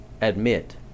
admit